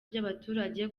by’abaturage